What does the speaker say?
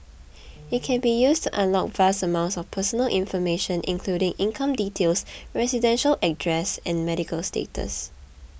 it can be used to unlock vast amounts of personal information including income details residential address and medical status